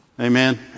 Amen